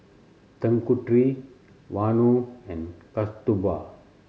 Tanguturi Vanu and Kasturba